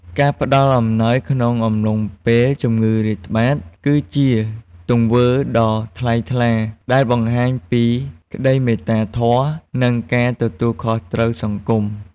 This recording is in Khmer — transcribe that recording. ការផ្តល់អំណោយក្នុងអំឡុងពេលជំងឺរាតត្បាត គឺជាទង្វើដ៏ថ្លៃថ្លាដែលបង្ហាញពី ក្តីមេត្តាធម៌ និងការទទួលខុសត្រូវសង្គម។